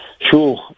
Sure